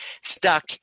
stuck